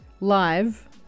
Live